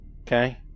Okay